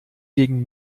gegen